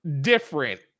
different